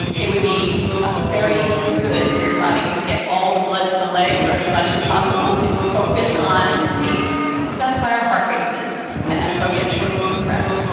it would be very good for your body to get all the blood to the legs or as much as possible to focus on escape. so that's why our heart races and that's why we have shortness of breath.